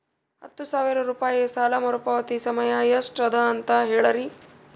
ಹತ್ತು ಸಾವಿರ ರೂಪಾಯಿ ಸಾಲ ಮರುಪಾವತಿ ಸಮಯ ಎಷ್ಟ ಅದ ಅಂತ ಹೇಳರಿ?